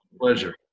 pleasure